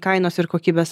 kainos ir kokybės